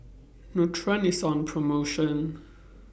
Nutren IS on promotion